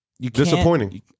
Disappointing